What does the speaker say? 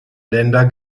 länder